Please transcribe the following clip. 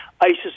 ISIS